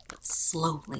slowly